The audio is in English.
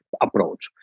approach